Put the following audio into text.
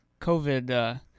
COVID